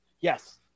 Yes